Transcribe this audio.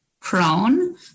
prone